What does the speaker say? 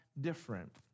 different